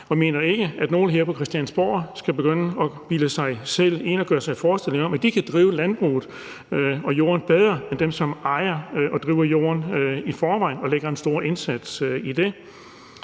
og mener ikke, at nogen her på Christiansborg skal begynde at bilde sig selv ind og gøre sig forestillinger om, at de kan drive landbruget og jorden bedre end dem, der i forvejen ejer og driver jorden, og som lægger en stor indsats i det.